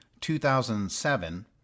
2007